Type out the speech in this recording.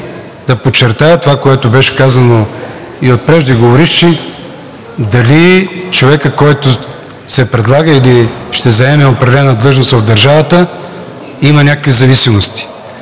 да подчертая и това, което беше казано от преждеговоривши, дали човекът, който се предлага или ще заеме определена длъжност в държавата, има някакви зависимости,